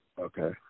Okay